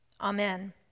Amen